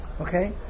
Okay